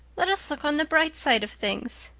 let us look on the bright side of things.